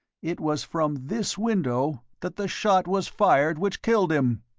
it was from this window that the shot was fired which killed him!